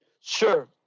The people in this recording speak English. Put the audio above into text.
Sure